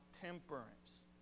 temperance